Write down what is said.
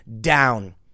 down